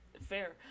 Fair